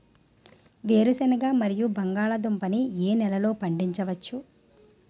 వేరుసెనగ మరియు బంగాళదుంప ని ఏ నెలలో పండించ వచ్చు?